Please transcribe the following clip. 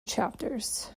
chapters